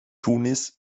tunis